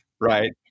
right